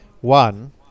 one